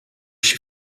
she